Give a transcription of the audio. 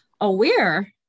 aware